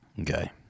Okay